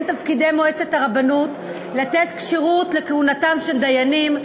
בין תפקידי מועצת הרבנות לתת כשירות לכהונתם של דיינים,